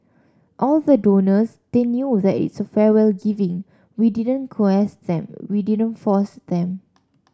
all the donors they knew that it's a freewill giving we didn't coerce them we didn't force them